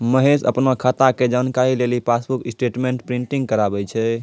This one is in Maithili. महेश अपनो खाता के जानकारी लेली पासबुक स्टेटमेंट प्रिंटिंग कराबै छै